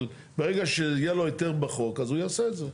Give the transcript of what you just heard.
אבל ברגע שיהיה לו היתר בחוק, אז הוא יעשה את זה.